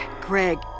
Greg